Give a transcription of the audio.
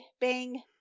Bang